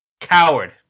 Coward